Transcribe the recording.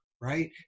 right